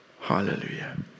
Hallelujah